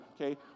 Okay